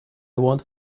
won’t